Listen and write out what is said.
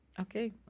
Okay